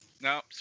No